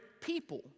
people